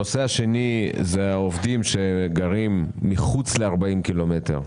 הנושא השני הוא העובדים שגרים מעבר ל-40 קילומטר,